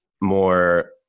more